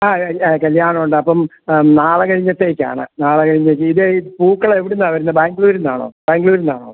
ആ കല്ല്യാണമുണ്ടപ്പം നാളെ കഴിഞ്ഞത്തേയ്ക്കാണ് നാളെ കഴിഞ്ഞ് ഇത് ഈ പൂക്കളെവിടുന്നാണ് വരുന്നത് ബാംഗ്ലൂരു നിന്നാണോ ബാംഗ്ലൂരു നിന്നാണോ